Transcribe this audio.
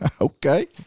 Okay